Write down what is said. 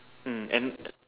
mm and